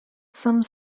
some